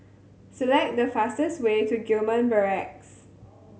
select the fastest way to Gillman Barracks